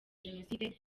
jenoside